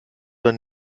dann